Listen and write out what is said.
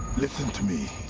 listen to me.